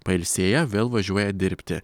pailsėję vėl važiuoja dirbti